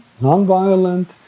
nonviolent